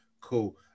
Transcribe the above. Cool